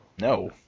No